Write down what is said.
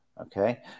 Okay